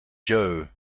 joe